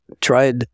tried